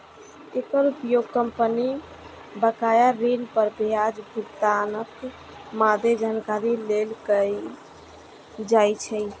एकर उपयोग कंपनी बकाया ऋण पर ब्याजक भुगतानक मादे जानकारी लेल कैल जाइ छै